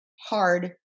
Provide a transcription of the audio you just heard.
hard